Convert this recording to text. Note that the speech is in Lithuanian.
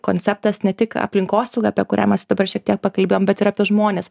konceptas ne tik aplinkosauga apie kuria mes dabar šiek tiek pakalbėjom bet apie žmones